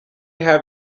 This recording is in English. have